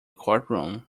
courtroom